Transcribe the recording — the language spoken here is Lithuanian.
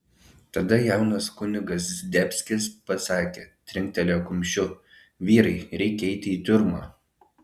tada jaunas kunigas zdebskis pasakė trinktelėjo kumščiu vyrai reikia eiti į tiurmą